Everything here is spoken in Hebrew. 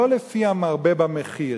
לא לפי המרבה במחיר,